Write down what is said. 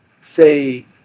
say